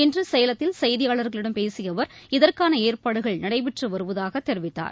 இன்று சேலத்தில் செய்தியாளர்களிடம் பேசிய அவர் இதற்கான ஏற்பாடுகள் நடைபெற்று வருவதாக தெரிவித்தார்